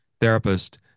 therapist